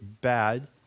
bad